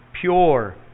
pure